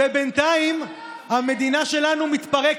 אז למה אתה לא עוזב?